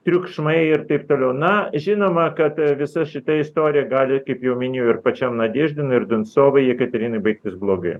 triukšmai ir taip toliau na žinoma kad visa šita istorija gali kaip jau minėjau ir pačiam nadeždinui ir binsovai jekaterinai baigtis blogai